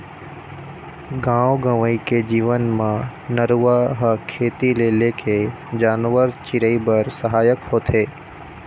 गाँव गंवई के जीवन म नरूवा ह खेती ले लेके जानवर, चिरई बर सहायक होथे